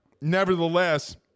nevertheless